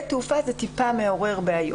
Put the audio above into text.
התעופה ויקבלו את ההכשרות על מנת שבעוד חודש